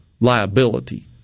liability